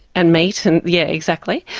and meat and yeah exactly,